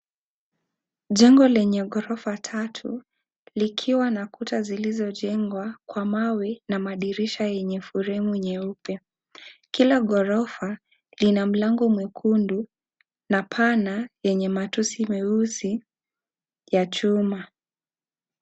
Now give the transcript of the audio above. Jengo lenye ghorofa tatu likiwa na kuta zilizojengwa kwa mawe na madirisha yenye fremu nyeupe. Kila ghorofa kina mlango mwekundu na pana yenye matuzi meusi ya chuma.